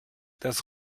das